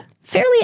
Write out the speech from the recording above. Fairly